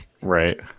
Right